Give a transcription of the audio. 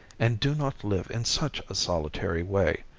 and do not live in such a solitary way.